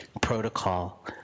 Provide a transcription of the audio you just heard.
protocol